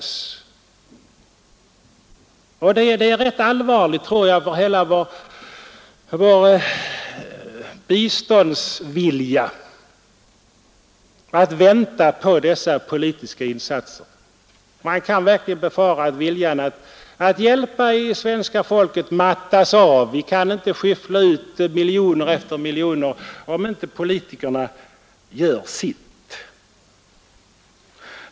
Det är enligt min mening rätt allvarligt för hela vår biståndsvilja att vänta på dessa politiska insatser. Man kan verkligen befara att viljan att hjälpa mattas av hos svenska folket. Man kan inte skyffla ut miljoner efter miljoner, om inte politikerna gör sitt.